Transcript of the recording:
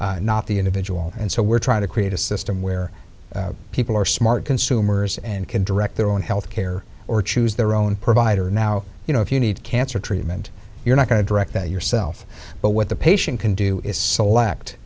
o not the individual and so we're trying to create a system where people are smart consumers and can direct their own health care or choose their own provider now you know if you need cancer treatment you're not going to direct that yourself but what the patient can do is select